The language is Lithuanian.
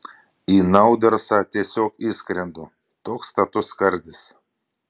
į naudersą tiesiog įskrendu toks status skardis